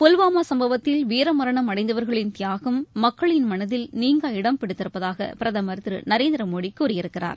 புல்வாமா சும்பவத்தில் வீரமரணம் அடைந்தவர்களின் தியாகம் மக்களின் மனதில் நீங்கா இடம் பிடித்திருப்பதாக பிரதமர் திரு நரேந்திர மோடி கூறியிருக்கிறார்